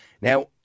Now